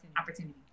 Opportunity